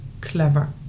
clever